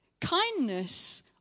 Kindness